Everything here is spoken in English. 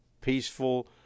peaceful